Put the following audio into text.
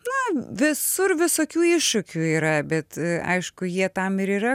na visur visokių iššūkių yra bet aišku jie tam ir yra